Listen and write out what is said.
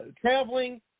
traveling